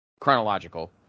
chronological